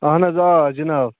اَہَن حظ آ جِناب